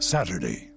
Saturday